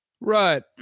right